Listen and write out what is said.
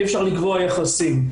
אי אפשר לקבוע יחסים.